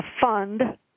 fund